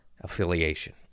affiliation